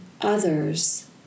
others